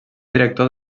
director